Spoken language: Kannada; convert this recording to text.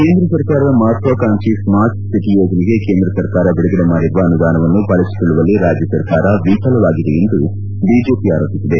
ಕೇಂದ್ರ ಸರ್ಕಾರದ ಮಹತ್ವಾಕಾಂಕ್ಷಿ ಸ್ಕಾರ್ಟ್ ಸಿಟಿ ಯೋಜನೆಗೆ ಕೇಂದ್ರ ಸರ್ಕಾರ ಬಿಡುಗಡೆ ಮಾಡಿರುವ ಅನುದಾನವನ್ನು ಬಳಸಿಕೊಳ್ಳುವಲ್ಲಿ ರಾಜ್ಯಸರ್ಕಾರ ವಿಫಲವಾಗಿದೆ ಎಂದು ಬಿಜೆಪಿ ಆರೋಪಿಸಿದೆ